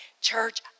Church